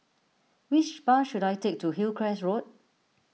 which bus should I take to Hillcrest Road